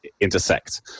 intersect